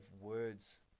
words